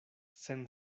sen